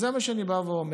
זה מה שאני בא ואומר.